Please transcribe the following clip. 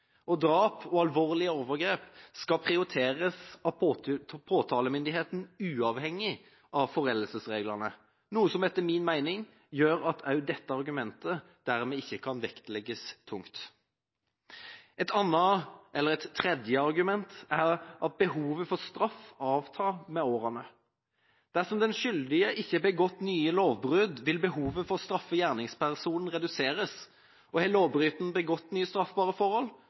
og drap og alvorlige overgrep skal prioriteres av påtalemyndigheten uavhengig av foreldelsesreglene, noe som etter min mening gjør at også dette argumentet dermed ikke kan vektlegges tungt. Et tredje argument er at behovet for straff avtar med årene. Dersom den skyldige ikke har begått nye lovbrudd, vil behovet for å straffe gjerningspersonen reduseres, og har lovbryteren begått nye straffbare forhold,